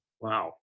Wow